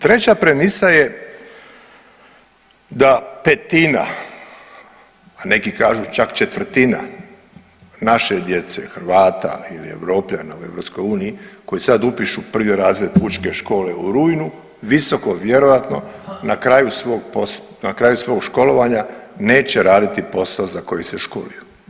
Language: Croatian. Treća premisa je da petina a neki kažu čak četvrtina naše djece Hrvata ili Europljana u EU koji sad upišu prvi razred pučke škole u rujnu visoko vjerojatno na kraju svog školovanja neće raditi posao za koji se školuju.